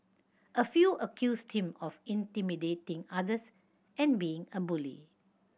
a few accused him of intimidating others and being a bully